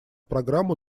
программу